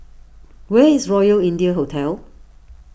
where is Royal India Hotel